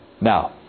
Now